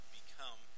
become